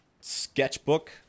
sketchbook